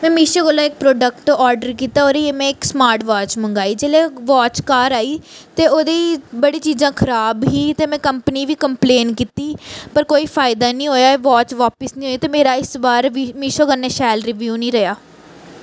में मिशो कोला इक प्रडोक्ट आर्डर कीता ओह् में इक समार्ट वाच मंगाई जेल्लै वाच घर आई ते ओह्दी बड़ी चीज़ां खराब ही ते में कंपनी बी कंपलेन कीती पर कोई फायदा नेई होएआ वाच बापस नेईं होई ते मेरा इक बार मिशो कन्नै शैल रिव्यू नी रेहा